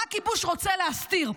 מה הכיבוש רוצה להסתיר?